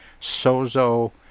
Sozo